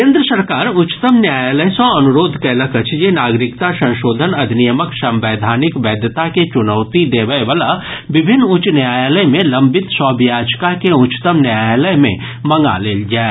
केन्द्र सरकार उच्चतम न्यायालय सॅ अनुरोध कयलक अछि जे नागरिकता संशोधन अधिनियमक संवैधानिक वैधता के चुनौती देबय वला विभिन्न उच्च न्यायालय मे लंबित सभ याचिका के उच्चतम न्यायालय मे मंगा लेल जाय